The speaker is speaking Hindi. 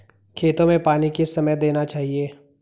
खेतों में पानी किस समय देना चाहिए?